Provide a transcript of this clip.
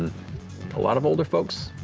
a lot of older folks,